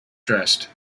dressed